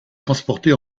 transportée